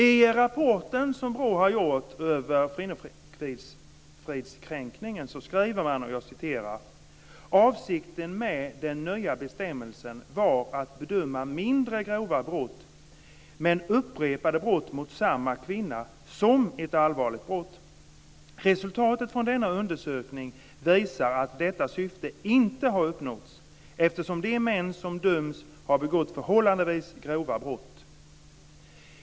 I rapporten som BRÅ har gjort över kvinnofridskränkningen skriver man: Avsikten med den nya bestämmelsen var att bedöma mindre grova men upprepade brott mot samma kvinna som ett allvarligt brott. Resultatet av denna undersökning visar att detta syfte inte har uppnåtts, eftersom de män som döms har begått förhållandevis grova brott.